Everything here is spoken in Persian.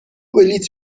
بلیط